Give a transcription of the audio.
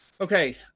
Okay